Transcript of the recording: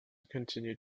continued